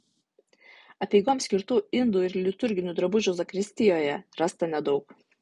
apeigoms skirtų indų ir liturginių drabužių zakristijoje rasta nedaug